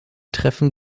treffen